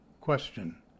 question